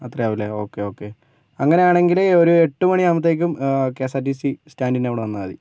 അത്രയാവും അല്ലെ okay okay അങ്ങനെയാണെങ്കില് ഒരു എട്ട് മണി ആവുമ്പത്തേക്കും K S R T C സ്റ്റാൻഡിൻ്റെ അവിടെ വന്നാൽ മതി